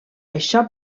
això